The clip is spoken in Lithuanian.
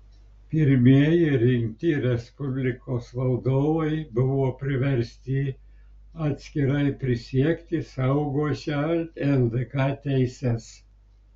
pirmieji rinkti respublikos valdovai buvo priversti atskirai prisiekti saugosią ldk teises